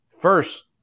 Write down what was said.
first –